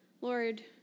Lord